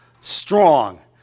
strong